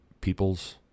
peoples